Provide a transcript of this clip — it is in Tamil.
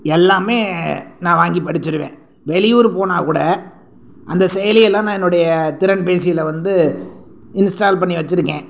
எல்லாமே நான் வாங்கி படிச்சிடுவேன் வெளியூர் போனாக்கூட அந்த செயலி எல்லாம் நான் என்னுடைய திறன் பேசில வந்து இன்ஸ்டால் பண்ணி வச்சிருக்கேன்